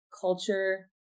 culture